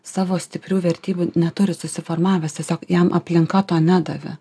savo stiprių vertybių neturi susiformavęs tiesiog jam aplinka to nedavė